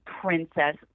princess